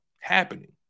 happening